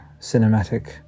cinematic